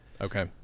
Okay